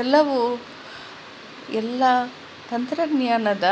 ಎಲ್ಲವು ಎಲ್ಲ ತಂತ್ರಜ್ಞಾನದ